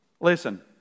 listen